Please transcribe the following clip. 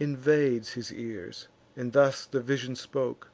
invades his ears and thus the vision spoke